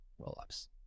rollups